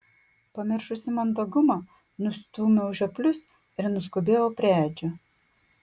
pamiršusi mandagumą nustūmiau žioplius ir nuskubėjau prie edžio